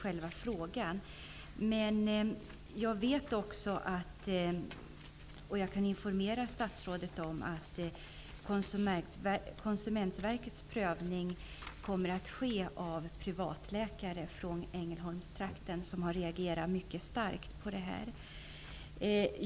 Jag kan informera statsrådet om att Konsumentverkets prövning kommer att ske på begäran av privatläkare i Ängelholmstrakten, som har reagerat mycket starkt.